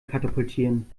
katapultieren